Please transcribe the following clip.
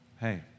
Hey